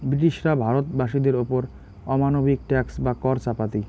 ব্রিটিশরা ভারত বাসীদের ওপর অমানবিক ট্যাক্স বা কর চাপাতি